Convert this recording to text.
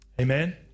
amen